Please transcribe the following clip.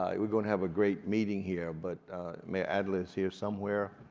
ah we're gonna have a great meeting here, but mayor adler is here somewhere.